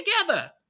together